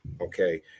okay